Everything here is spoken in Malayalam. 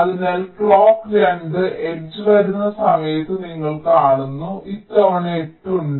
അതിനാൽ ക്ലോക്ക് 2 എഡ്ജ് വരുന്ന സമയത്ത് നിങ്ങൾ കാണുന്നു ഇത്തവണ 8 ഉണ്ട്